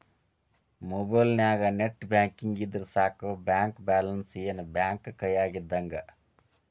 ಮೊಬೈಲ್ನ್ಯಾಗ net banking ಇದ್ರ ಸಾಕ ಬ್ಯಾಂಕ ಬ್ಯಾಲೆನ್ಸ್ ಏನ್ ಬ್ಯಾಂಕ ಕೈಯ್ಯಾಗ ಇದ್ದಂಗ